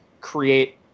create